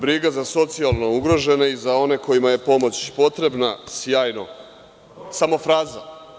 Briga za socijalno ugrožene i za one kojima je pomoć potrebna – sjajno, samo fraza.